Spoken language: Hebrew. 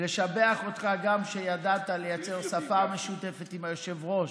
ולשבח אותך גם שידעת לייצר שפה משותפת עם היושב-ראש.